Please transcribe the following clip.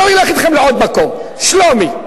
עכשיו אני אלך אתכם לעוד מקום, שלומי.